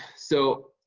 so,